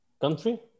country